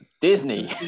Disney